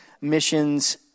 Missions